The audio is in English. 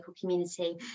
community